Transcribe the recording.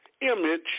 image